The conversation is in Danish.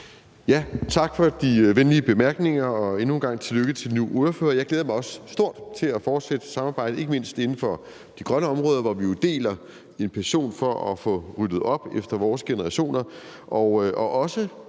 Tak for de venlige bemærkninger, og endnu en gang tillykke til den nye ordfører. Jeg glæder mig også meget til at fortsætte samarbejdet, ikke mindst inden for de grønne områder, hvor vi jo deler en passion for at få ryddet op efter vores generationer,